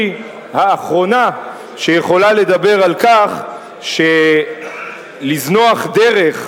היא האחרונה שיכולה לדבר על כך שלזנוח דרך,